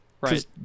Right